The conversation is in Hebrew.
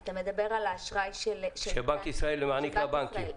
אתה מדבר על האשראי שבנק ישראל מעניק לבנקים.